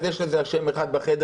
אז יש לזה אשם אחד בחדר,